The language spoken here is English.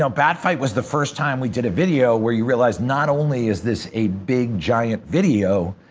so bat fight was the first time we did a video where you realized not only is this a big giant video,